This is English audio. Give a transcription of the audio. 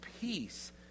peace